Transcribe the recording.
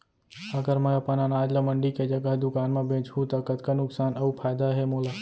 अगर मैं अपन अनाज ला मंडी के जगह दुकान म बेचहूँ त कतका नुकसान अऊ फायदा हे मोला?